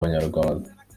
banyarwanda